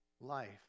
life